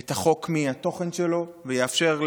את החוק מהתוכן שלו ויאפשר,